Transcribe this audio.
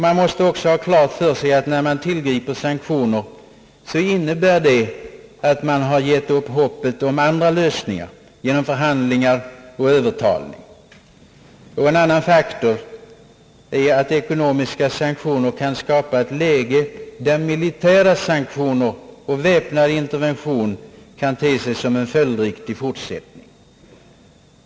Man måste också ha klart för sig att när man tillgriper sanktioner innebär det att man gett upp hoppet om lösningar genom förhandlingar och övertalning. En annan faktor är att ekonomiska sanktioner kan skapa ett läge, där militära sanktioner och väpnad intervention kan te sig som en följdriktig fortsättning.